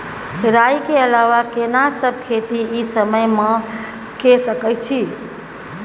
राई के अलावा केना सब खेती इ समय म के सकैछी?